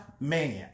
man